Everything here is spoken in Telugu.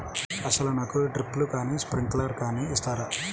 అసలు నాకు డ్రిప్లు కానీ స్ప్రింక్లర్ కానీ ఇస్తారా?